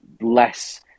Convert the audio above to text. less